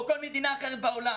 או כל מדינה אחרת בעולם.